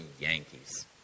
Yankees